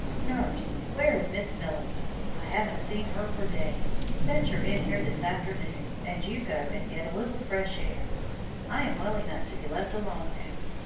nurse, where is miss millicent? i haven't seen her for days. fetch her in here this afternoon, and you go and get a little fresh air i am well enough to be left alone now.